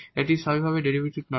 এটি স্বাভাবিকভাবেই ডেরিভেটিভ নয়